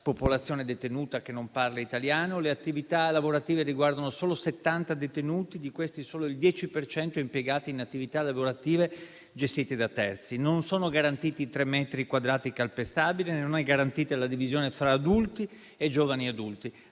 popolazione detenuta che non parla italiano. Le attività lavorative riguardano solo 70 detenuti, di questi solo il 10 per cento impiegati in attività lavorative gestite da terzi. Non sono garantiti tre metri quadrati calpestabili, non è garantita la divisione fra adulti e giovani adulti.